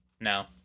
No